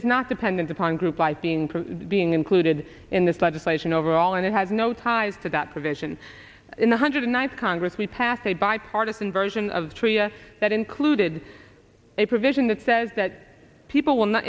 is not dependent upon group life being being included in this legislation overall and it has no ties to that provision in the hundred ninth congress we passed a bipartisan version of tria that included a provision that says that people will not